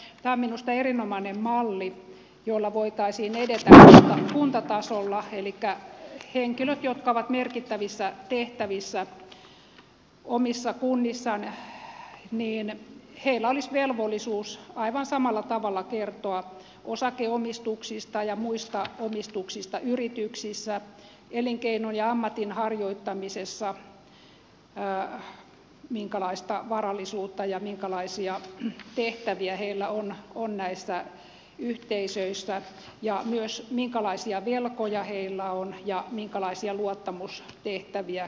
tämä on minusta erinomainen malli jolla voitaisiin edetä kuntatasolla elikkä henkilöillä jotka ovat merkittävissä tehtävissä omissa kunnissaan olisi velvollisuus aivan samalla tavalla kertoa osakeomistuksista ja muista omistuksista yrityksissä elinkeinon ja ammatinharjoittamisessa minkälaista varallisuutta ja minkälaisia tehtäviä heillä on näissä yhteisöissä ja myös siitä minkälaisia velkoja heillä on ja minkälaisia luottamustehtäviä kaiken kaikkiaan